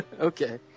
Okay